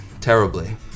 Terribly